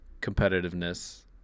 competitiveness